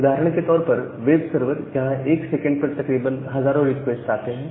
उदाहरण के तौर पर वेब सर्वर जहां 1 सेकंड पर तकरीबन हजारों रिक्वेस्ट आते हैं